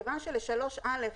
מכיוון של-3(א)